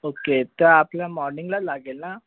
okay तर आपलं मॉर्निंगला लागेल ना